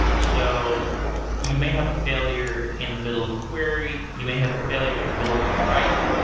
so you may have a failure in the middle of a query. you may have a failure in the middle of a write.